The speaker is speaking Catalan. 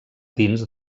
dins